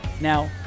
Now